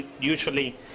usually